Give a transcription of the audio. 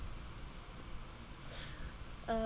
uh